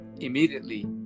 immediately